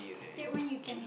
that one you can